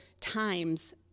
times